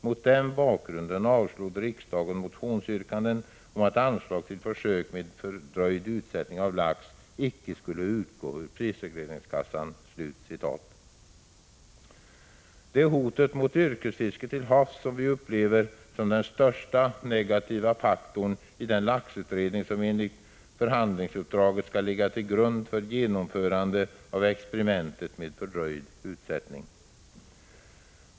Mot den bakgrunden avslog riksdagen motionsyrkanden om att anslag till försök med fördröjd utsättning av lax icke skulle utgå ur prisregleringskassan.” Det är hotet mot yrkesfisket till havs som vi upplever som den största negativa faktorn i den laxutredning som enligt förhandlingsuppdraget skall ligga till grund för genomförandet av experimenten med fördröjd utsättning.